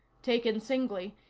taken singly,